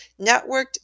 networked